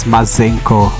Mazenko